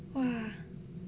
!wah!